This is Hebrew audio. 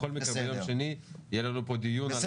בכל מקרה יהיה לנו דיון נוסף ביום שני.